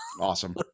awesome